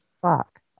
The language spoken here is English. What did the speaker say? Fuck